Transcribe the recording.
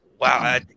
Wow